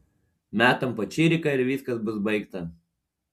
metam po čiriką ir viskas bus baigta